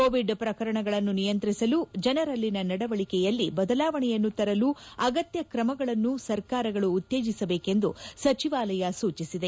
Covid ಪ್ರಕರಣಗಳನ್ನು ನಿಯಂತ್ರಿಸಲು ಜನರಲ್ಲಿನ ನಡವಳಕೆಯಲ್ಲಿ ಬದಲಾವಣೆಯನ್ನು ತರಲು ಅಗತ್ಯ ಕ್ರಮಗಳನ್ನು ಸರ್ಕಾರಗಳು ಉತ್ತೇಜಿಸಬೇಕೆಂದು ಸಚಿವಾಲಯ ಸೂಚಿಸಿದೆ